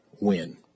win